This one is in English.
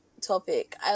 topic